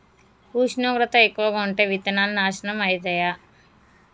ఉష్ణోగ్రత ఎక్కువగా ఉంటే విత్తనాలు నాశనం ఐతయా?